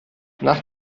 nach